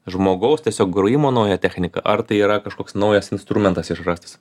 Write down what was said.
žmogaus tiesiog grojimo nauja technika ar tai yra kažkoks naujas instrumentas išrastas